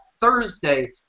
Thursday